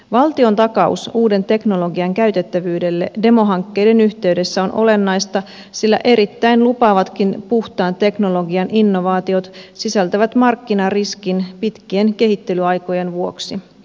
valtiontakaus uuden teknologian käytettävyydelle demohankkeiden yhteydessä on olennaista sillä erittäin lupaavatkin puhtaan teknologian innovaatiot sisältävät markkinariskin pitkien kehittelyaikojen vuoksi